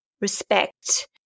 respect